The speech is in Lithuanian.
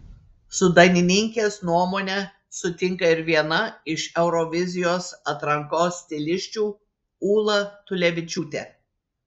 su dainininkės nuomone sutinka ir viena iš eurovizijos atrankos stilisčių ūla tulevičiūtė